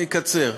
נקצר.